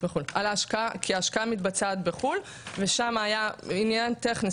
כי ההשקעה מתבצעת בחו"ל, ושם היה עניין טכני.